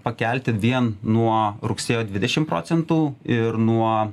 pakelti vien nuo rugsėjo dvidešimt procentų ir nuo